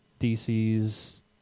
DC's